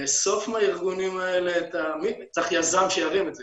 לאסוף מהארגונים האלה את ה צריך יזם שירים את זה,